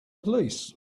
police